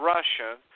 Russian